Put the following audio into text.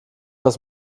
aus